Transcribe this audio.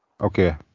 Okay